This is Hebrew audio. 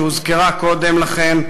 שהוזכרה קודם לכן,